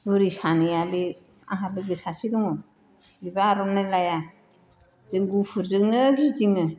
बुरै सानैया बे आंहा लोगो सासे दंङ बिबो आर'नाय लाया जों गुफुरजोंनो गिदिङो